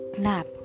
nap